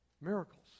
miracles